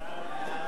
מי נגד?